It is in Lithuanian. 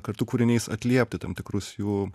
kartu kūriniais atliepti tam tikrus jų